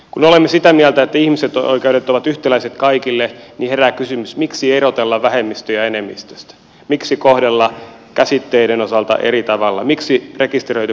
kun olemme sitä mieltä että ihmisoikeudet ovat yhtäläiset kaikille niin herää kysymys miksi erotella vähemmistöjä enemmistöstä miksi kohdella käsitteiden osalta eri tavalla miksi rekisteröity parisuhde riittäisi